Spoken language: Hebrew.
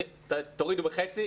תורידו בחצי.